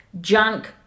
Junk